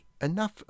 enough